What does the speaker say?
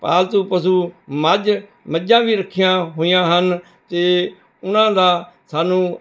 ਪਾਲਤੂ ਪਸ਼ੂ ਮੱਝ ਮੱਝਾਂ ਵੀ ਰੱਖੀਆਂ ਹੋਈਆਂ ਹਨ ਅਤੇ ਉਹਨਾਂ ਦਾ ਸਾਨੂੰ